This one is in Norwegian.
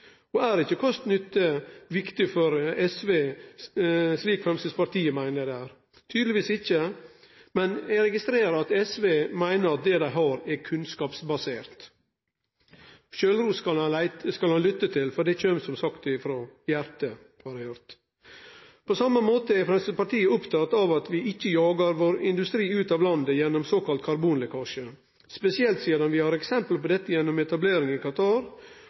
effekt. Er ikkje kost-nytte viktig for SV slik Framstegspartiet meiner det er? Tydelegvis ikkje. Men eg registrerer at SV meiner at det dei har, er kunnskapsbasert. Sjølvros skal ein lytte til, for det kjem frå hjartet, har eg høyrt. På same måten er Framstegspartiet oppteke av at vi ikkje jagar vår industri ut av landet gjennom såkalla karbonlekkasje, spesielt sidan vi har eksempel på dette gjennom etablering i